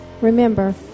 Remember